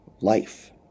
life